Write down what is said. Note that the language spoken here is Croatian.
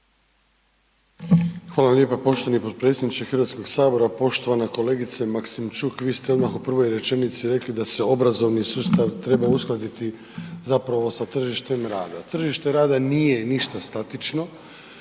Hvala lijepo poštovani potpredsjedniče HS-a, poštovana kolegice Maksimčuk. Vi ste odmah u prvoj rečenici rekli da se obrazovni sustav treba uskladiti zapravo sa tržištem rada. Tržište rada nije ništa statično,